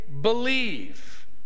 believe